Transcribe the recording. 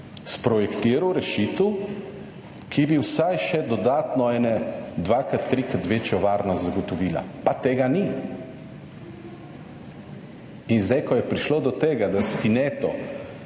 sprojektiral rešitev, ki bi vsaj še dodatno, ene dvakrat, trikrat večjo varnost zagotovila pa tega ni. In zdaj, ko je prišlo do tega, da s kineto